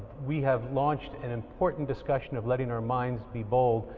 we have launched an important discussion of letting our minds be bold.